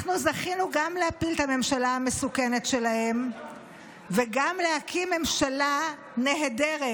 אנחנו זכינו גם להפיל את הממשלה המסוכנת שלהם וגם להקים ממשלה נהדרת: